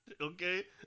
Okay